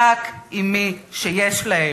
רק עם מי שיש להם,